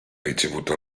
ricevuto